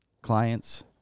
clients